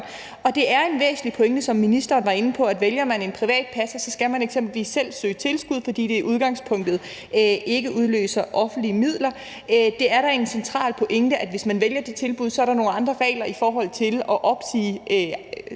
Og det er en væsentlig pointe – som ministeren var inde på – at vælger man en privat passer, skal man eksempelvis selv søge tilskud, fordi det i udgangspunktet ikke udløser offentlige midler. Det er da en central pointe, at hvis man vælger det tilbud, er der nogle andre regler i forhold til at opsige